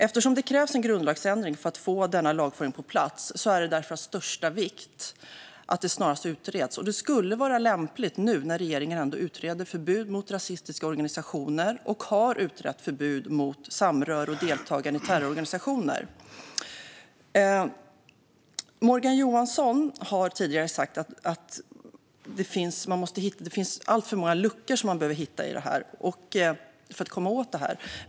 Eftersom det krävs en grundlagsändring för att få denna lag på plats är det därför av största vikt att detta snarast utreds. Det skulle vara lämpligt nu när regeringen ändå utreder förbud mot rasistiska organisationer och har utrett förbud mot samröre med och deltagande i terrororganisationer. Morgan Johansson har tidigare sagt att det finns alltför många luckor som man behöver hitta för att komma åt detta.